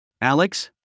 Alex